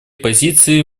позицией